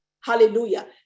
hallelujah